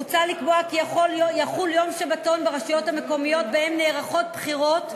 מוצע לקבוע כי יחול יום שבתון ברשויות המקומיות שבהן נערכות בחירות,